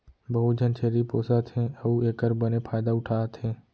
बहुत झन छेरी पोसत हें अउ एकर बने फायदा उठा थें